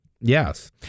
Yes